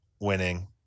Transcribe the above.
winning